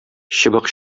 чыбык